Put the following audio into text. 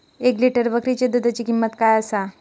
एक लिटर बकरीच्या दुधाची किंमत काय आसा?